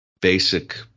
Basic